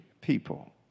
people